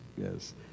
Yes